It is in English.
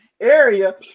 area